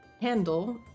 handle